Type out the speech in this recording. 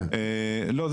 לא,